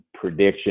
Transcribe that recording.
prediction